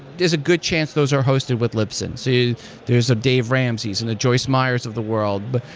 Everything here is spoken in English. there's a good chance those are hosted with libsyn. so there's ah dave ramsey's and the joyce meyers of the world. but